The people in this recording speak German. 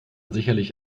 sicherlich